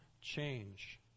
change